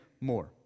more